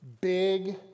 big